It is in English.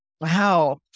Wow